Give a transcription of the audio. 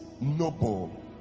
Noble